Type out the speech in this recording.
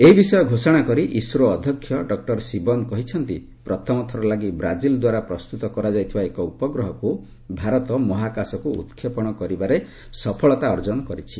ଏହି ବିଷୟ ଘୋଷଣା କରି ଇସ୍ରୋ ଅଧ୍ୟକ୍ଷ ଡକ୍କର ଶିବନ କହିଛନ୍ତି ପ୍ରଥମଥର ଲାଗି ବ୍ରାଜିଲ ଦ୍ୱାରା ପ୍ରସ୍ତତ କରାଯାଇଥିବା ଏକ ଉପଗ୍ରହକ୍ତ ଭାରତ ମହାକାଶକ୍ତ ଉତ୍କ୍ଷେପଣ କରିବାରେ ସଫଳତା ଅର୍ଜନ କରିଛି